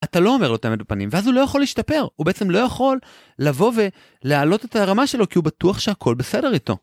אתה לא אומר לו תעמד בפנים, ואז הוא לא יכול להשתפר, הוא בעצם לא יכול לבוא ולהעלות את הרמה שלו כי הוא בטוח שהכל בסדר איתו.